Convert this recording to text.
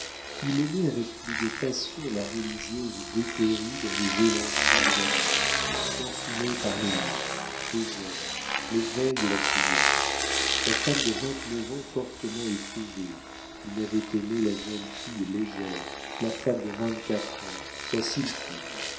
il aimait avec plus de passion la religieuse dépérie dans les élancements de l'amour consumée par les larmes les jeûnes les veilles et la prière la femme de vingt-neuf ans fortement éprouvée qu'il n'avait aimé la jeune fille légère la femme de vingt-quatre ans la sylphide